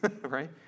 right